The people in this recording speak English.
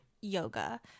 yoga